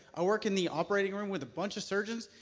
i work in the operating room with a bunch of surgeons.